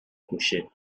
coucher